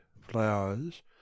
flowers